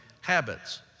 habits